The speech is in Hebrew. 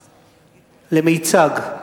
למיצג.